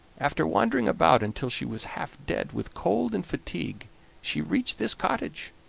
after wandering about until she was half dead with cold and fatigue she reached this cottage.